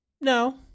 No